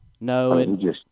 No